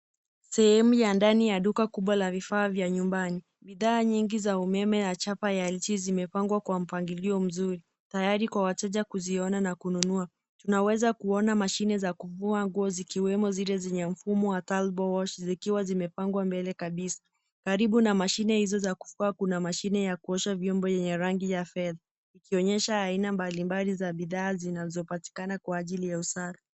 Sehemu ya ndani ya duka kubwa la vifaa vya nyumbani. Bidhaa nyingi za umeme ya chapa ya LG zimepangwa kwa mpangilio mzuri tayari kwa wateja kuziona na kununua. Tunaweza kuona mashine za kufua nguo zikiwemo zile zenye mfumo wa turbo wash zikiwa zimepangwa mbele kabisa. Karibu na mashine hizo za kufua kuna mashine ya kuosha vyombo yenye rangi ya fedha, ikionyesha aina mbalimbali za bidhaa zinazopatikana kwa ajili ya usafi.